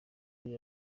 kuri